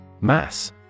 Mass